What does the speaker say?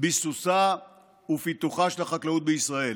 ביסוסה ופיתוחה של החקלאות בישראל.